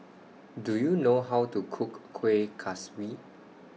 Do YOU know How to Cook Kueh Kaswi